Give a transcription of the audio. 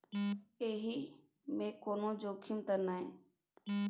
एहि मे कोनो जोखिम त नय?